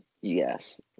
Yes